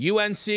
UNC